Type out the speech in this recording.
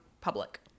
public